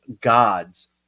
gods